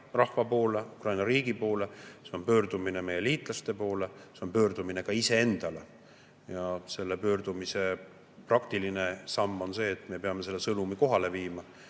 rahva poole, Ukraina riigi poole. See on pöördumine meie liitlaste poole ja see on pöördumine ka iseendale. Selle pöördumise praktiline samm on see, et me peame selle sõnumi kohale viima.